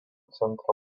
centro